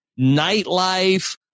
nightlife